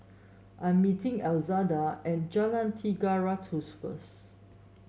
I'm meeting Elzada at Jalan Tiga Ratus first